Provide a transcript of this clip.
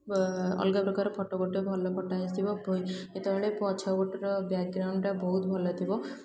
ଅଲଗା ପ୍ରକାର ଫଟୋ ଗୋଟେ ଭଲ ଫଟୋ ଆସିବ ଯେତେବେଳେ ଫଛପଟର ବ୍ୟାକ୍ଗ୍ରାଉଣ୍ଡଟା ବହୁତ ଭଲ ଥିବ